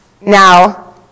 Now